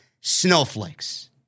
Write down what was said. snowflakes